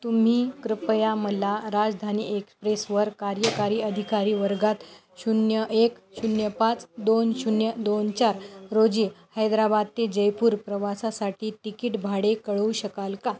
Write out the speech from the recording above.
तुम्ही कृपया मला राजधानी एक्सप्रेसवर कार्यकारी अधिकारी वर्गात शून्य एक शून्य पाच दोन शून्य दोन चार रोजी हैदराबाद ते जयपूर प्रवासासाठी तिकीट भाडे कळवू शकाल का